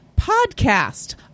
podcast